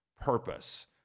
purpose